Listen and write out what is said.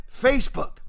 Facebook